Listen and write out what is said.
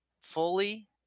fully